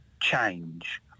change